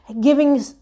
giving